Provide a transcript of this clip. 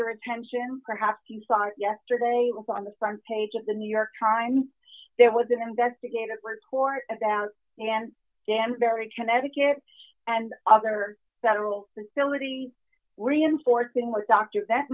your attention perhaps you saw yesterday on the front page of the new york times there was an investigative report about me and dan barry connecticut and other federal facility reinforcing what dr that